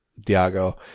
Diago